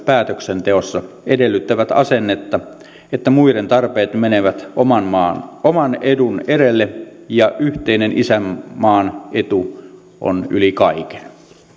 päätöksenteossa edellyttävät asennetta että muiden tarpeet menevät oman edun edelle ja yhteinen isänmaan etu on yli kaiken